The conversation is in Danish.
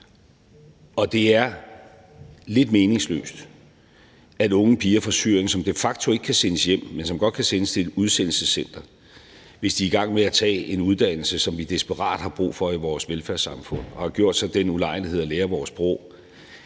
Og det er lidt meningsløst, når vi taler om unge piger fra Syrien, som de facto ikke kan sendes hjem, men godt kan sendes til et udsendelsescenter, og som er i gang med at tage en uddannelse, vi desperat har brug for i vores velfærdssamfund, og som har gjort sig den ulejlighed at lære vores sprog,